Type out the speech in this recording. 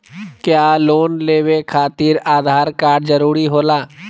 क्या लोन लेवे खातिर आधार कार्ड जरूरी होला?